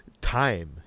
time